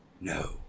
No